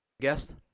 guest